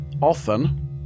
often